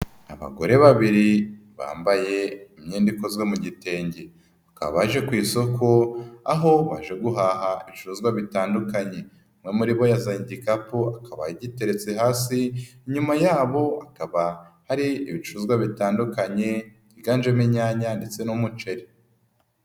Abagore babiri bambaye imyenda ikozwe mu gitenge, bakaba baje ku isoko aho baje guhaha ibicuruzwa bitandukanye, umwe muri bo yazanye igikapu yagiteretse hasi, nyuma yabo hakaba hari ibicuruzwa bitandukanye byiganjemo inyanya ndetse n'umuceri.